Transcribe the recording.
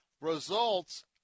results